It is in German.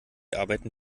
arbeiten